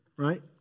right